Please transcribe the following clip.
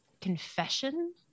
confession